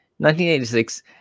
1986